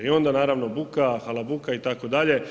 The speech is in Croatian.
I onda naravno buka, halabuka itd.